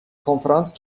کنفرانس